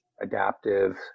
adaptive